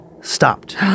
stopped